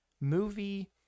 movie